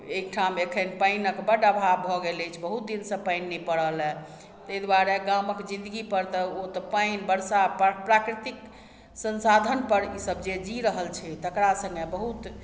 एहिठाम एखन पानिक बड अभाव भऽ गेल अछि बहुत दिनसँ पानि नहि पड़लए ताहि दुआरे गामक जिन्दगीपर तऽ ओ तऽ पानि वर्षा प्राकृतिक संसाधनपर ईसभ जे जी रहल छै तकरा सङ्गे बहुत